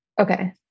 Okay